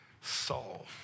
soul